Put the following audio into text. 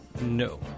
No